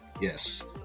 yes